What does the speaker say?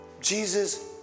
Jesus